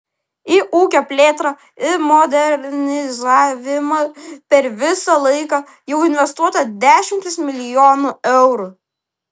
į ūkio plėtrą ir modernizavimą per visą laiką jau investuota dešimtys milijonų eurų